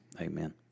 Amen